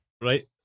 Right